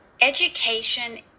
Education